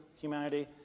humanity